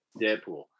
Deadpool